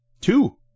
Two